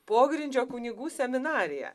pogrindžio kunigų seminariją